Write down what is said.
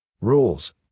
Rules